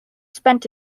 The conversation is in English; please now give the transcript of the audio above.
spent